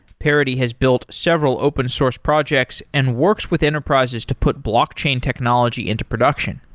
parity has built several open source projects and works with enterprises to put blockchain technology into production.